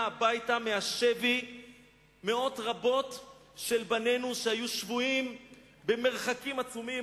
הביתה מהשבי מאות רבות של בנינו שהיו שבויים במרחקים עצומים.